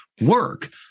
work